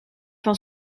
van